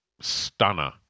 stunner